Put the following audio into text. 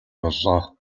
боллоо